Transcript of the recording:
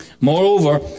Moreover